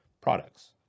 products